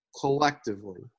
collectively